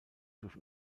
durch